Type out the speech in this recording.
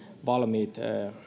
valmiit